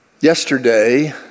Yesterday